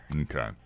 okay